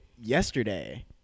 yesterday